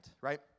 right